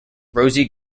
rosie